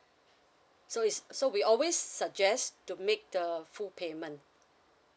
so is so we always suggest to make the full payment